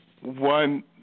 one